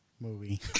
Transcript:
Movie